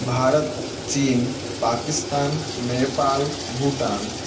भारतः चीन् पाकिस्तान् नेपाल् भूटान्